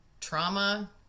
trauma